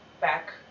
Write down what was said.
back